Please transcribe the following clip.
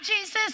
Jesus